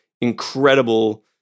incredible